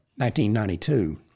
1992